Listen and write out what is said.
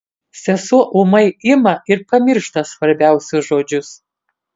sesuo ūmai ima ir pamiršta svarbiausius žodžius